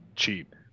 cheap